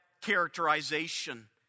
characterization